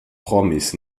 promis